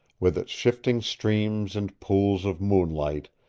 with its shifting streams and pools of moonlight,